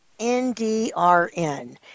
NDRN